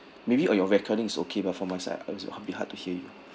maybe on your recording is okay but for my side it's a bit hard to hear you